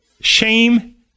shame